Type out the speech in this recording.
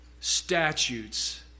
statutes